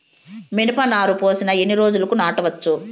మిరప నారు పోసిన ఎన్ని రోజులకు నాటచ్చు?